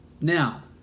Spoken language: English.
Now